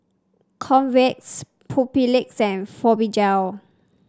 Convatec Papulex and Fibogel